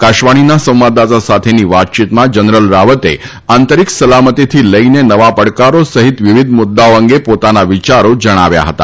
આકાશવાણીના સંવાદદાતા સાથેની વાતયીતમાં જનરલ રાવતે આંતરિક સલામતીથી લઈને નવા પડકારો સહિત વિવિધ મુદ્દાઓ અંગે પોતાના વિચારો જણાવ્યા હતા